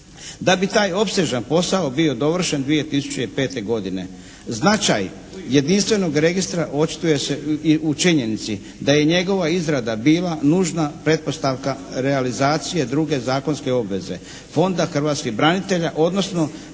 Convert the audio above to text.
da bi taj opsežan posao bio dovršen 2005. godine. Značaj jedinstvenog registra očituje se u činjenici da je njegova izrada bila nužna pretpostavka realizacije druge zakonske obveze Fonda hrvatskih branitelja, odnosno